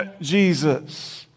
Jesus